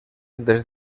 des